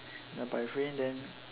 ya but if rain then